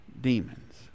demons